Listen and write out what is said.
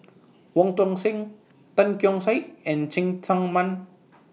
Wong Tuang Seng Tan Keong Saik and Cheng Tsang Man